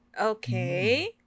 Okay